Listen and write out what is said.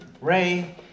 Ray